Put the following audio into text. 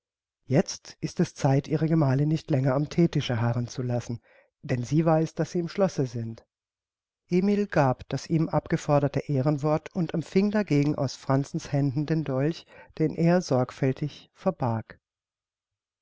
jetzt ist es zeit ihre gemalin nicht länger am theetische harren zu lassen denn sie weiß daß sie im schlosse sind emil gab das ihm abgeforderte ehrenwort und empfing dagegen aus franzens händen den dolch den er sorgfältig verbarg